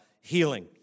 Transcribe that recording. healing